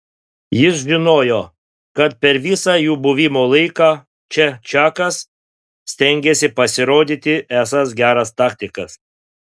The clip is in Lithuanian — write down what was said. jis žinojo kad per visą jų buvimo laiką čia čakas stengiasi pasirodyti esąs geras taktikas